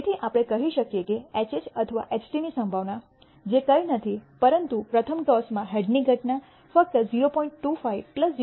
તેથી આપણે કહી શકીએ કે HH અથવા HT ની સંભાવના જે કંઈ નથી પરંતુ પ્રથમ ટોસમાં હેડ ની ઘટના ફક્ત 0